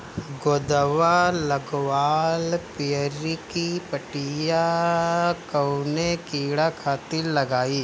गोदवा लगवाल पियरकि पठिया कवने कीड़ा खातिर लगाई?